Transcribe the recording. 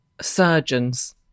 surgeons